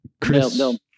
Chris